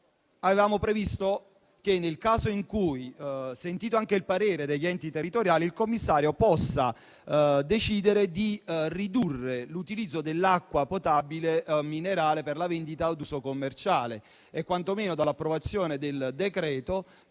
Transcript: avevamo previsto che, sentito anche il parere degli enti territoriali, il commissario potesse decidere di ridurre l'utilizzo dell'acqua potabile minerale per la vendita ad uso commerciale e quantomeno, che dall'approvazione del decreto,